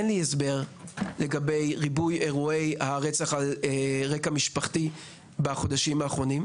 לגבי ריבוי מקרי הרצח בחודשים האחרונים.